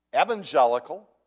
evangelical